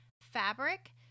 fabric